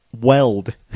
weld